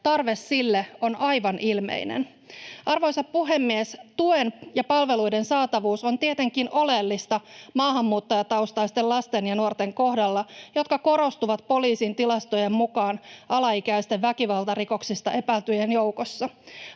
tarve sille on aivan ilmeinen. Arvoisa puhemies! Tuen ja palveluiden saatavuus on tietenkin oleellista maahanmuuttajataustaisten lasten ja nuorten kohdalla, jotka korostuvat poliisin tilastojen mukaan alaikäisten väkivaltarikoksista epäiltyjen joukossa.